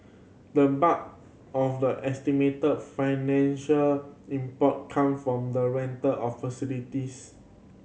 the bulk of the estimated financial impact come from the rental of facilities